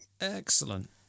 Excellent